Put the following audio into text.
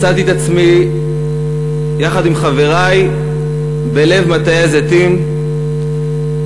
מצאתי את עצמי יחד עם חברי בלב מטעי הזיתים בלבנון,